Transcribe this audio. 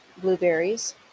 Blueberries